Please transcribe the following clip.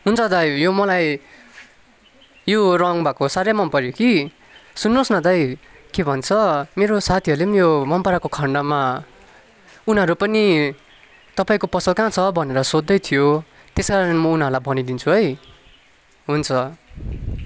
हुन्छ दाइ यो मलाई यो रङ भएको साह्रै मनपऱ्यो कि सुन्नुहोस् न दाइ के भन्छ मेरो साथीहरूले नि यो मन पराएको खण्डमा उनीहरू पनि तपाईँको पसल कहाँ छ भनेर सोद्धै थियो त्यस कारणले म उनीहरूलाई भनिदिन्छु है हुन्छ